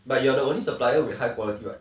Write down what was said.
but you are the only supplier with high quality [what]